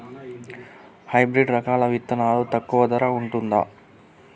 Hybrid రకాల విత్తనాలు తక్కువ ధర ఉంటుందా?